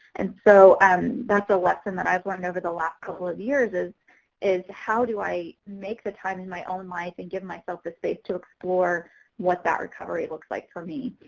and so and um that's a lesson that i've learned over the last couple of years is is how do i make the time in my own life and give myself the state to explore what that recovery looks like for me.